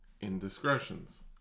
indiscretions